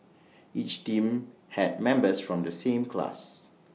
each team had members from the same class